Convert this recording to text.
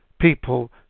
people